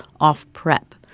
off-prep